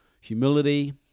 humility